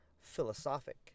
philosophic